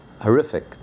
horrific